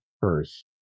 first